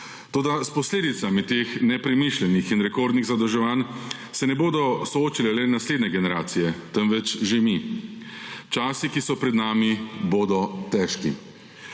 Toda s posledicami teh nepremišljenih in rekordnih zadolževanj se ne bodo soočile le naslednje generacije, temveč že mi. Časi, ki so pred nami, bodo težki.